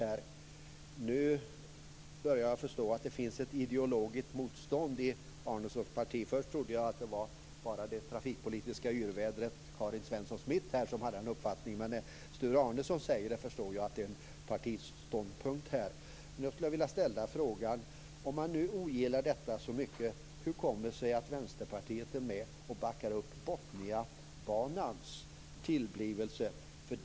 Nu börjar jag förstå att det finns ett ideologiskt motstånd i Arnessons parti mot detta. Först trodde jag att det bara var det trafikpolitiska yrvädret Karin Svensson Smith som hade den uppfattningen. Men när nu Sture Arnesson säger det förstår jag att det är en partiståndpunkt. Jag skulle vilja ställa en fråga. Om man nu ogillar detta så mycket, hur kommer det sig då att Vänsterpartiet är med och backar upp Botniabanans tillkomst?